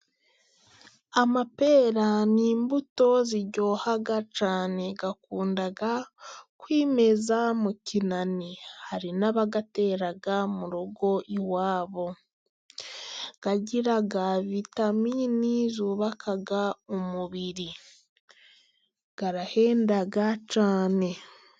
Amapera ni imbuto ziryoha cyane, akunda kwimeza mu kinani, hari n'abayatera mu rugo iwabo ,agira vitamini zubaka umubiri, arahenda cyane.